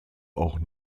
auch